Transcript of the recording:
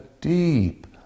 deep